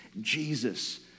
Jesus